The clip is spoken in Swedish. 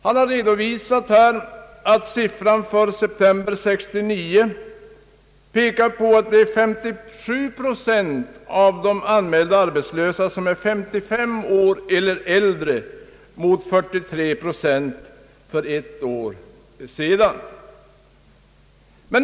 De redovisade siffrorna innebär att i september 1969 var 57 procent av de anmälda arbetslösa 55 år eller äldre, mot 43 procent ett år tidigare.